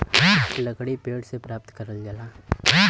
लकड़ी पेड़ से प्राप्त करल जाला